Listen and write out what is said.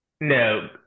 No